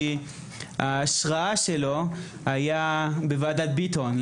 כי ההשראה שלו הייתה מוועדת ביטון.